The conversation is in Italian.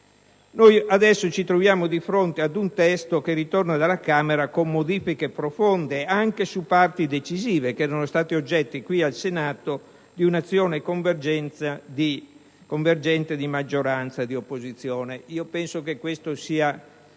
Adesso ci troviamo di fronte ad un testo che ritorna dalla Camera con modifiche profonde, anche su parti decisive che erano state oggetto al Senato di un'azione convergente di maggioranza e opposizione. Penso che questo sia